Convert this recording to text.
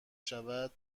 شود